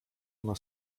ona